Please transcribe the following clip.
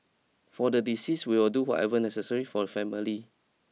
for the deceased we will do whatever necessary for a family